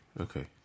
okay